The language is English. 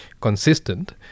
consistent